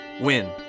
win